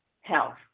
health